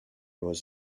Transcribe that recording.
was